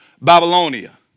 Babylonia